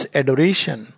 adoration